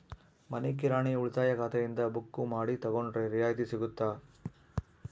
ಮನಿ ಕಿರಾಣಿ ಉಳಿತಾಯ ಖಾತೆಯಿಂದ ಬುಕ್ಕು ಮಾಡಿ ತಗೊಂಡರೆ ರಿಯಾಯಿತಿ ಸಿಗುತ್ತಾ?